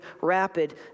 rapid